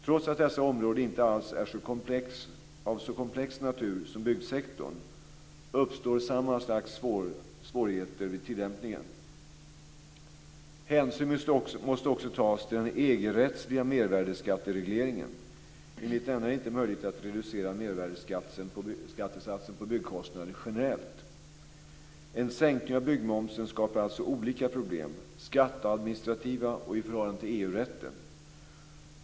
Trots att dessa områden inte alls är av så komplex natur som byggsektorn uppstår samma slags svårigheter vid tillämpningen. Hänsyn måste också tas till den EG-rättsliga mervärdesskatteregleringen. Enligt denna är det inte möjligt att reducera mervärdeskattesatsen på byggkostnader generellt. En sänkning av byggmomsen skapar alltså olika problem, skatteadministrativa och i förhållande till EU-rätten.